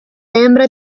hembra